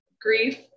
grief